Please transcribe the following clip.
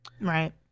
Right